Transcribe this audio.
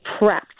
prepped